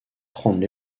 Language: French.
rendent